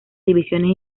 divisiones